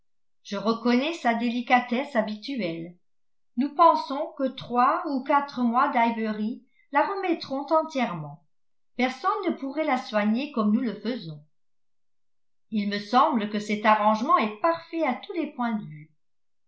je reconnais sa délicatesse habituelle nous pensons que trois ou quatre mois d'highbury la remettront entièrement personne ne pourrait la soigner comme nous le faisons il me semble que cet arrangement est parfait à tous les points de vue